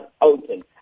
open